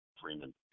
Freeman